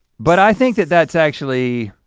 but i think that that's actually.